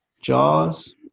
Jaws